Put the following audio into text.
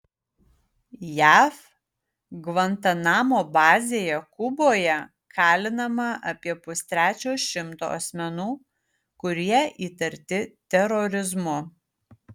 jav gvantanamo bazėje kuboje kalinama apie pustrečio šimto asmenų kurie įtarti terorizmu